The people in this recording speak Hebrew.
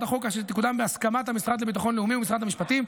החוק כך שתקודם בהסכמת המשרד לביטחון לאומי ומשרד המשפטים.